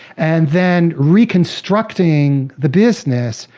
and then reconstructing the business,